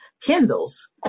Kindles